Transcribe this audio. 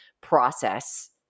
process